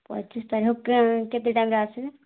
ପଚିଶ୍ ତାରିଖ ହଉ କେ କେତେ ଟାଇମ୍ରେ ଆସିବେ